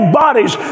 bodies